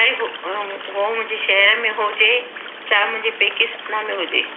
चाहे हो मुंहिंजे शहर में हुजे चाहे मुंहिंजे पेके सतना में हुजे